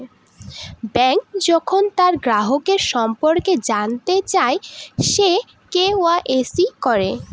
bank যখন তার গ্রাহকের সম্পর্কে জানতে চায়, সে কে.ওয়া.ইসি করে